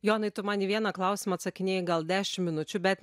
jonai tu man į vieną klausimą atsakinėji gal dešim minučių bet